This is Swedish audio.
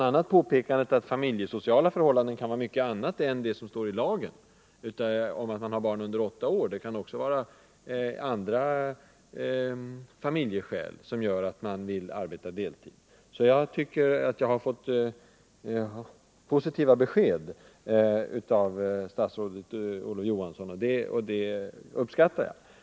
a. påpekandet att familjesociala förhållanden kan inrymma mycket annat än vad som står i lagen, dvs. att man har barn under åtta år, är värdefullt; det kan ju också finnas andra familjeskäl som gör att man vill arbeta deltid. Jag tycker att jag har fått positiva besked av statsrådet Olof Johansson, och det uppskattar jag.